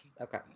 okay